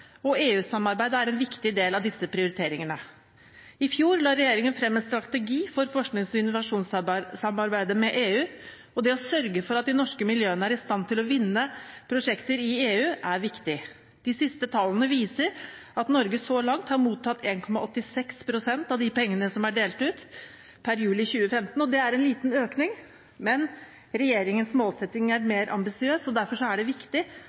viktig del av disse prioriteringene. I fjor la regjeringen frem en strategi for forsknings- og innovasjonssamarbeidet med EU, og det å sørge for at de norske miljøene er i stand til å vinne prosjekter i EU, er viktig. De siste tallene viser at Norge så langt har mottatt 1,86 pst. av de pengene som er delt ut per juli 2015. Det er en liten økning, men regjeringens målsetting er mer ambisiøs, og derfor er det viktig